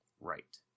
Right